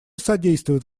содействуют